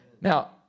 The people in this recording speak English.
Now